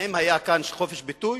האם היה כאן חופש ביטוי?